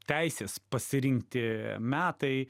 teisės pasirinkti metai